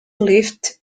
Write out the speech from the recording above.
lived